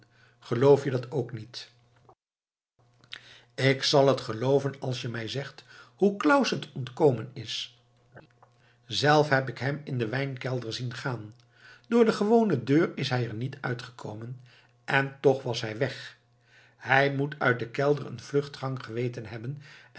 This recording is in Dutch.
geloof je dat ook niet ik zàl het gelooven als je mij zegt hoe claus het ontkomen is zelf heb ik hem in den wijnkelder zien gaan door de gewone deur is hij er niet uitgekomen en toch was hij weg hij moet uit den kelder eene vluchtgang geweten hebben